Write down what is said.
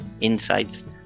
insights